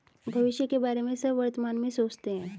भविष्य के बारे में सब वर्तमान में सोचते हैं